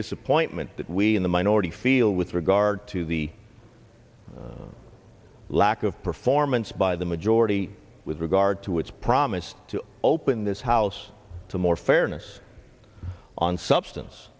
disappointment that we in the minority feel with regard to the lack of performance by the majority with regard to its promise to open this house to more fairness on substance